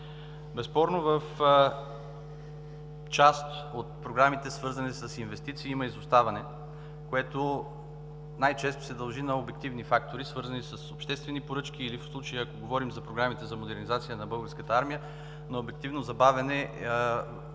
Безспорно в част от програмите, свързани с инвестиции, има изоставане, което най-често се дължи на обективни фактори, свързани с обществени поръчки или в случая, ако говорим за програмите за модернизация на Българската армия, на обективно забавяне